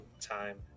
time